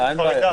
תודה, אדוני.